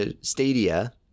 Stadia